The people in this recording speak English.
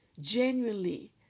genuinely